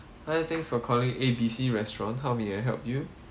hi thanks for calling A B C restaurant how may I help you